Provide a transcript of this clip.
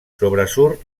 sobresurt